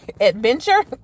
adventure